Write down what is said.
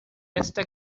esta